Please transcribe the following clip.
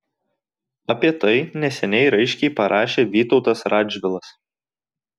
apie tai neseniai raiškiai parašė vytautas radžvilas